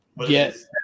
yes